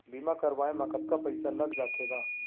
बीमा करवाए म कतका पइसा लग जाथे गा?